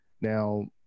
Now